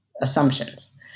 assumptions